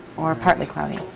or partly cloudy.